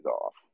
off